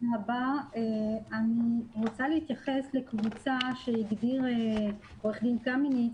אני רוצה להתייחס לקבוצה שהגדיר עו"ד קמיניץ,